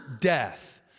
death